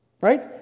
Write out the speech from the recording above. right